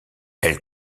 elle